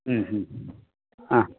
ಹ್ಞೂ ಹ್ಞೂ ಹಾಂ